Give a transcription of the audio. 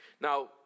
Now